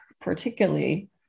particularly